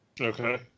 Okay